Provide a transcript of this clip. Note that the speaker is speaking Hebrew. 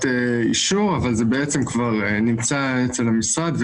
אישור אבל זה בעצם כבר נמצא אצל המשרד.